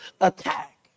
attack